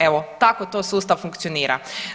Evo, tako to sustav funkcionira.